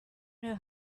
know